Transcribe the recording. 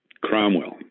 Cromwell